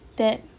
that